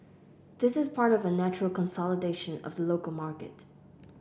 this is part of a natural consolidation of the local market